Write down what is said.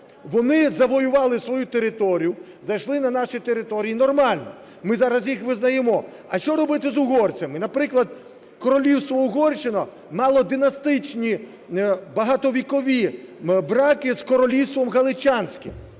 Вони завоювали свою територію, зайшли на наші території і нормально. Ми зараз їх визнаємо. А що робити з угорцями? Наприклад, Королівство Угорщина мало династичні багатовікові браки з Королівством Галичанським,